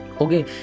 Okay